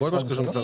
וכמה לכללי?